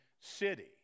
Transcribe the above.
city